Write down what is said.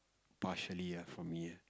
partially ah for me